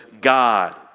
God